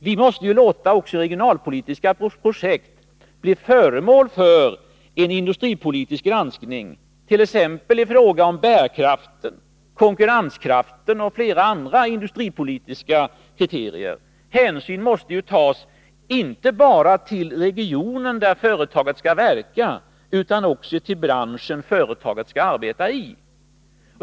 Vi måste låta också regionalpolitiska projekt bli föremål för en industripolitisk granskning, t.ex. i fråga om bärkraften, konkurrenskraften och flera andra industripolitiska kriterier. Hänsyn måste ju tas inte bara till regionen där företaget skall verka, utan också till branschen som företaget skall arbeta i.